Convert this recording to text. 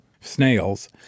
snails